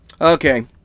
Okay